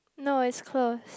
no is close